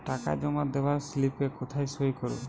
টাকা জমা দেওয়ার স্লিপে কোথায় সই করব?